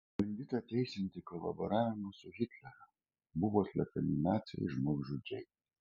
bandyta teisinti kolaboravimą su hitleriu buvo slepiami naciai žmogžudžiai